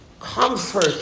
Comfort